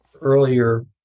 earlier